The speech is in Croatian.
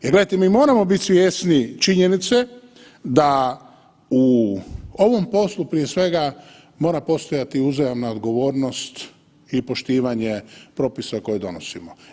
Jer gledajte, mi moramo biti svjesni činjenice da u ovom poslu prije svega mora postojati uzajamna odgovornost i poštivanje propisa koje donosimo.